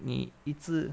你一直